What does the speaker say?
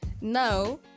now